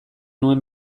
nuen